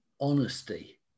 honesty